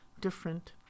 different